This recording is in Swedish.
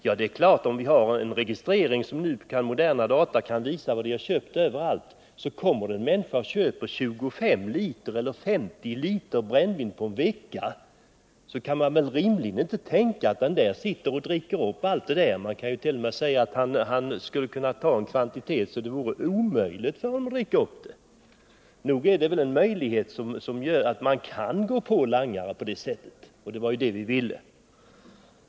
Om vi har en registrering som innebär att man överallt med modern datautrustning kan få uppgift om vad en människa har köpt, medför det möjligheter till kontroll. Kommer en människa och köper 25 eller 50 liter brännvin på en vecka kan man väl inte rimligen tro att han eller hon sitter och dricker upp allt detta. Man kan ju tänka sig en sådan kvantitet att det vore absolut omöjligt för honom att dricka upp det. Nog innebär en sådan registrering en möjlighet att få fram langarna. Och det var det vi ville!